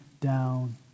down